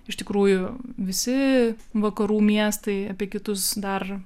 iš tikrųjų visi vakarų miestai apie kitus dar